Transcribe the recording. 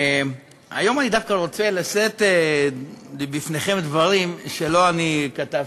היום אני דווקא רוצה לשאת בפניכם דברים שלא אני כתבתי.